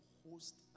host